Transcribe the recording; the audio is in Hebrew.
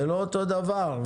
זה לא אותו דבר.